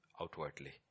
outwardly